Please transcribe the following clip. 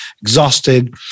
exhausted